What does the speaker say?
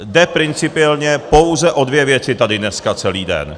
Jde principiálně pouze o dvě věci tady dneska celý den.